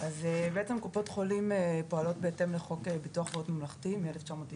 קופות החולים פועלות בהתאם לחוק ביטוח בריאות ממלכתי משנת 1994,